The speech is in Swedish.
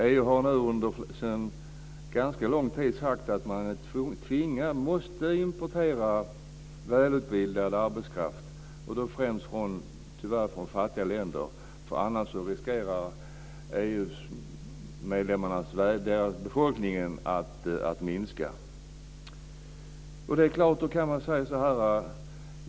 EU har nu under en ganska lång tid sagt att man måste importera välutbildad arbetskraft främst från fattiga länder, annars riskerar befolkningen inom EU att minska.